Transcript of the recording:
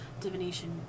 divination